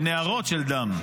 בנהרות של דם,